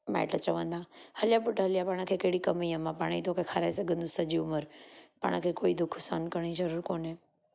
माइट चवंदा हली आ पुटु हली आ पाण खे कहिड़ी कमी आहे मां पाणे ई तोखे खाराए सघंदसि सॼी उमिरि पाण खे कोई दुखु सहन करण जी ज़रूरु कोन्हे